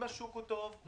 אם השוק הוא טוב,